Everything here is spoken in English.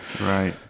Right